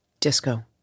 Disco